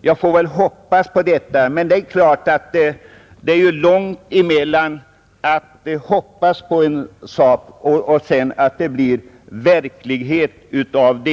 Jag får hoppas att det blir så, men det är ju långt från att hoppas på en sak till att det blir verklighet av den.